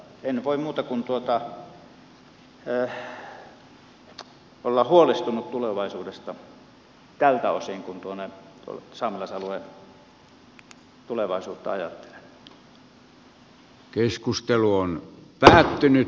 en voi muuta kuin olla huolestunut tulevaisuudesta tältä osin kun tuon saamelaisalueen tulevaisuutta ajattelen